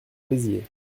béziers